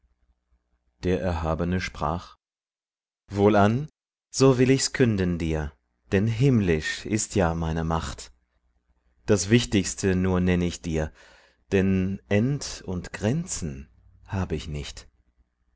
der erhabene sprach wohlan so will ich's künden dir denn himmlisch ist ja meine macht das wichtigste nur nenn ich dir denn end und grenzen hab ich nicht